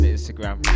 Instagram